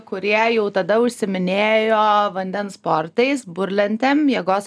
kurie jau tada užsiiminėjo vandens sportais burlentėm jėgos